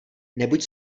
nebuď